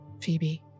Phoebe